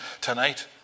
tonight